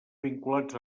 vinculats